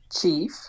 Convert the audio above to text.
Chief